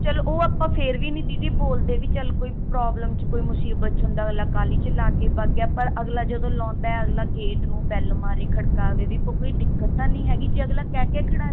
ਚੱਲ ਓ ਆਪਾਂ ਫਿਰ ਵੀ ਨਹੀਂ ਦੀਦੀ ਬੋਲਦੇ ਵੀ ਚੱਲ ਕੋਈ ਪ੍ਰੋਬਲਮ 'ਚ ਕੋਈ ਮੁਸੀਬਤ 'ਚ ਹੁੰਦਾ ਵਾ ਕਾਹਲੀ 'ਚ ਲਾ ਕੇ ਵੱਗ ਗਿਆ ਪਰ ਅਗਲਾ ਜਦੋਂ ਲਾਉਂਦਾ ਹੈ ਅਗਲਾ ਗੇਟ ਨੂੰ ਬੈੱਲ ਮਾਰੇ ਖੜ੍ਹਕਾਵੇ ਵੀ ਕੋਈ ਦਿੱਕਤ ਤਾਂ ਨਹੀਂ ਹੈਗੀ ਜੇ ਅਗਲਾ ਕਹਿ ਕੇ ਖੜ੍ਹਾ ਜੇ